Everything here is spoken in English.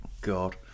god